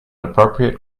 appropriate